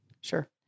sure